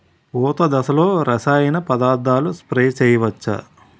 పూత దశలో రసాయన పదార్థాలు స్ప్రే చేయచ్చ?